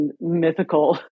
mythical